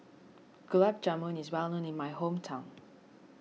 Gulab Jamun is well known in my hometown